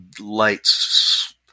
lights